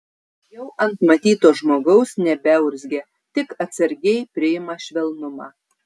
jau ant matyto žmogaus nebeurzgia tik atsargiai priima švelnumą